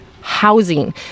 Housing